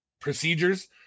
procedures